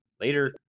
Later